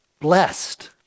blessed